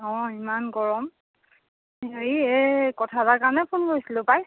অঁ ইমান গৰম হেৰি এই কথা এটাৰ কাৰণে ফোন কৰিছিলোঁ পায়